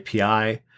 API